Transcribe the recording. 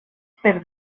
per